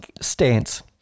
stance